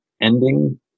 ending